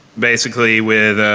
basically with